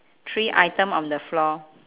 three item on the floor